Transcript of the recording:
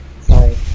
Sorry